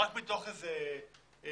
רק מתוך איזה רצון